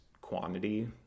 Quantity